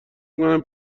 میکنم